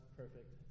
perfect